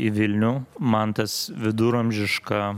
į vilnių man tas viduramžiška